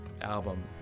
album